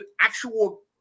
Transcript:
actual